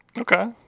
Okay